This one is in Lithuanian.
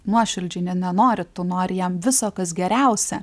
nuoširdžiai ne nenori tu nori jam viso kas geriausia